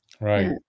right